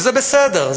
וזה בסדר,